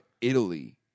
Italy